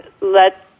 let